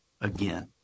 again